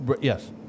Yes